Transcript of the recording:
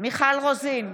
מיכל רוזין,